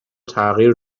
تغییر